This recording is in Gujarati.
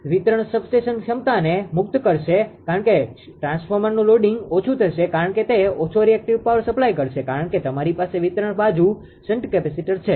તેથી જ તે વિતરણ સબસ્ટેશન ક્ષમતાને મુક્ત કરશે કારણ કે ટ્રાન્સફોર્મરનુ લોડિંગ ઓછું થશે કારણ કે તે ઓછો રીએક્ટીવ પાવર સપ્લાય કરશે કારણ કે તમારી પાસે વિતરણ બાજુ શન્ટ કેપેસિટર છે